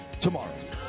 tomorrow